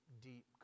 deep